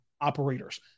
operators